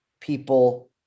people